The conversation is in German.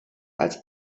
als